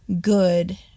good